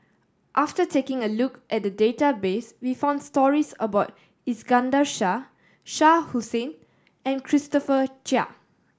after taking a look at the database we found stories about Iskandar Shah Shah Hussain and Christopher Chia